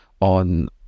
on